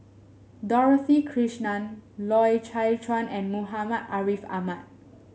Dorothy Krishnan Loy Chye Chuan and Muhammad Ariff Ahmad